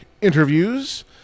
Interviews